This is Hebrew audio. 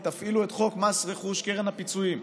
תפעילו את חוק מס רכוש (קרן הפיצויים),